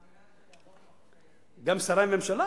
אני מאמינה שהרוב המכריע יצביע, גם שרי הממשלה?